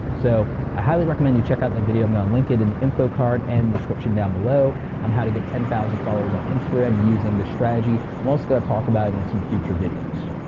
so i highly recommend you check out that video, i'm gonna link it in the info card and the description down below on how to get ten thousand followers on instagram using the strategy. i'm also gonna talk about it in some future videos.